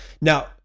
Now